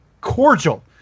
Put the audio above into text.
cordial